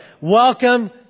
Welcome